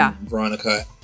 Veronica